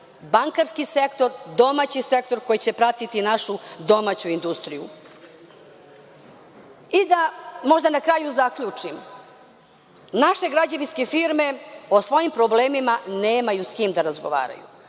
bankarski sektor, domaći sektor koji će pratiti našu domaću industriju.I da možda na kraju zaključim, naše građevinske firme o svojim problemima nemaju s kim da razgovaraju.